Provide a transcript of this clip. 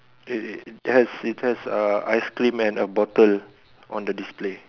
eh eh has it has uh ice cream and a bottle on the display